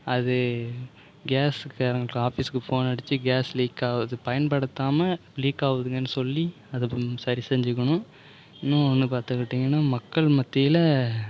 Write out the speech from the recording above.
அது கேஸ்காரங்க ஆஃபீஸுக்கு ஃபோன் அடித்து கேஸ் லீக் ஆகுது பயன்படுத்தாமல் லீக் ஆகுதுங்கன்னு சொல்லி அதை சரி செஞ்சுக்கணும் இன்னும் ஒன்று பார்த்துக்கிட்டீங்கன்னா மக்கள் மத்தியில்